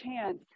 chance